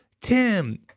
Tim